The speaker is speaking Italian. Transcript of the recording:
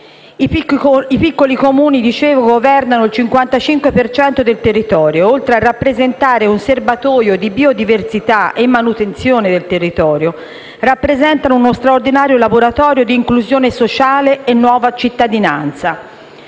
I piccoli Comuni governano il 55 per cento del territorio e, oltre a rappresentare un serbatoio di biodiversità e manutenzione del territorio, rappresentano uno straordinario laboratorio di inclusione sociale e nuova cittadinanza.